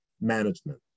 management